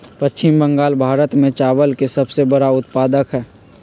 पश्चिम बंगाल भारत में चावल के सबसे बड़ा उत्पादक हई